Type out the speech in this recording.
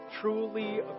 truly